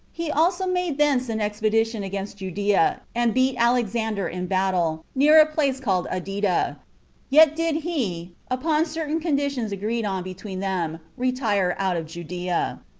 he also made thence an expedition against judea, and beat alexander in battle, near a place called adida yet did he, upon certain conditions agreed on between them, retire out of judea.